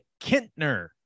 Kintner